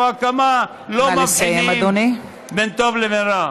לא מבחינים בין טוב לבין רע.